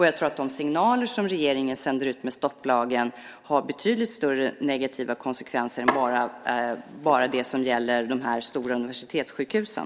Jag tror att de signaler som regeringen sänder ut med stopplagen har betydligt större negativa konsekvenser än bara dem som gäller de stora universitetssjukhusen.